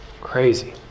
Crazy